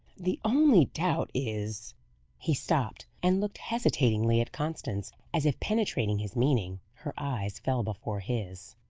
the only doubt is he stopped, and looked hesitatingly at constance. as if penetrating his meaning, her eyes fell before his.